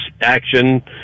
action